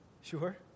Sure